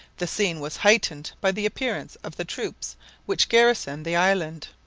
the scene was heightened by the appearance of the troops which garrison the island.